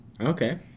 Okay